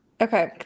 Okay